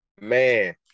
man